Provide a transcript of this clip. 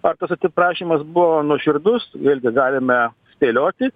ar tas atsiprašymas buvo nuoširdus vėlgi galime spėlioti